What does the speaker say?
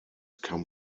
come